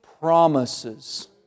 promises